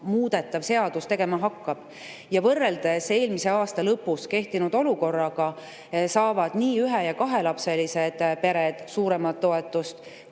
muudetav seadus tegema hakkab. Võrreldes eelmise aasta lõpus kehtinud olukorraga, saavad nii ühe‑ ja kahelapselised pered suuremat toetust